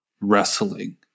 wrestling